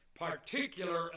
particular